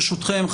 ברשותכם,